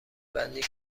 بندی